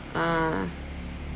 ah